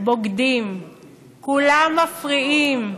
כיף לשמוע אותך.